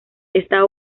esta